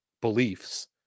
beliefs